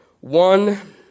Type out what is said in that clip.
one